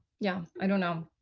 yeah, i don't know.